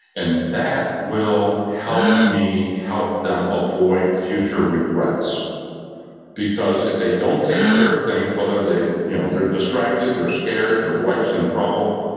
and that will help me help them avoid future regrets because if they don't take care of things whether you know they're distracted, they're scared. their wife's in trouble.